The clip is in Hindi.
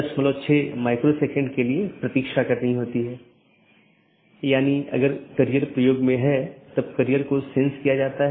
इसलिए एक पाथ वेक्टर में मार्ग को स्थानांतरित किए गए डोमेन या कॉन्फ़िगरेशन के संदर्भ में व्यक्त किया जाता है